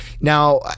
Now